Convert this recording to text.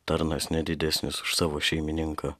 tarnas ne didesnis už savo šeimininką